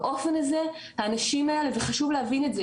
באופן הזה האנשים האלה וחשוב להבין את זה,